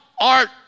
art